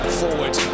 forward